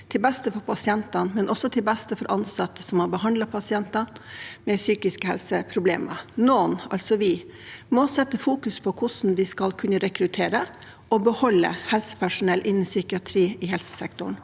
til beste for pasientene, men også til beste for ansatte som behandler pasienter med psykiske helseproblemer. Noen, altså vi, må fokusere på hvordan vi skal kunne rekruttere og beholde helsepersonell innen psykiatri i helsesektoren,